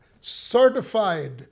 certified